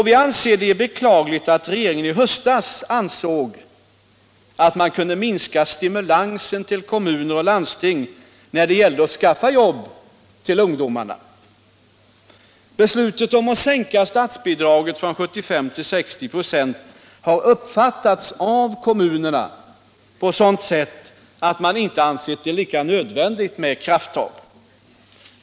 Vi anser det beklagligt att regeringen i höstas ansåg att man kunde minska stimulansen till kommuner och landsting när det gällde att skaffa jobb till ungdomarna. Beslutet om att sänka statsbidraget från 75 96 till 60 96 har uppfattats av kommunerna på det sättet, att man inte ansett det lika nödvändigt med krafttag.